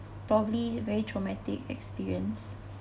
probably very traumatic experience